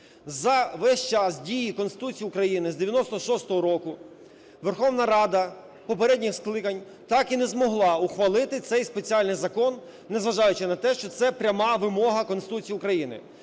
За весь час дії Конституції України з 96-го року Верховна Рада попередніх скликань так і не змогла ухвалити цей спеціальний закон, незважаючи на те, що це пряма вимога Конституції України.